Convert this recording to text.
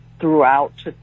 throughout